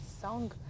song